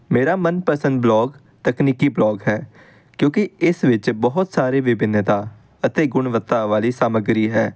ਮੇਰਾ ਮਨਪਸੰਦ ਬਲੋਗ ਤਕਨੀਕੀ ਬਲੋਗ ਹੈ ਕਿਉਂਕਿ ਇਸ ਵਿੱਚ ਬਹੁਤ ਸਾਰੇ ਵਿਭਿੰਨਤਾ ਅਤੇ ਗੁਣਵੱਤਾ ਵਾਲੀ ਸਮੱਗਰੀ ਹੈ